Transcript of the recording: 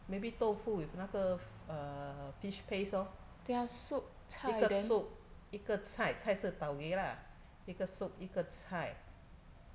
maybe 豆腐 with 那个呃 fish paste lor 一个: yi ge soup 一个菜菜是:yi ge cai tau geh 啦一个 soup 一个菜